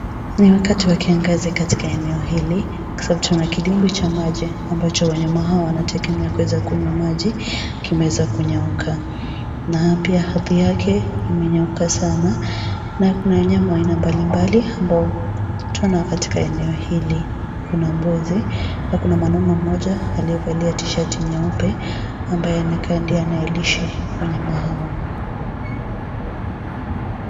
Ni wakati wa kiangazi katika eneo hili, kwa sababu kuna kidimbwi cha maji ambacho wanyama hawa wanategemea kuweza kunywa maji, kimewewa kunyauka. Na pia ardhi yake imenyauka sana. Na kuna wanyama wa aina mbalimbali ambao tunao katika eneo hili. Kuna mbuzi na kuna mwanaume mmoja aliye valia tishati nyeupe, ambaye ndiye anakaa anayelisha wanyama hawa.